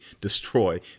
destroy